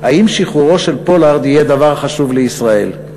האם שחרורו של פולארד יהיה דבר חשוב לישראל.